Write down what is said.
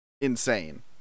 insane